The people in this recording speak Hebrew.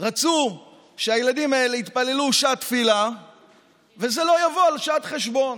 רצו שהילדים האלה יתפללו שעת תפילה וזה לא יבוא על חשבון שעת חשבון,